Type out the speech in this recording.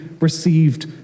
received